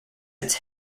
its